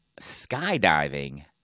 Skydiving